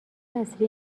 اصلی